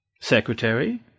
Secretary